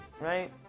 right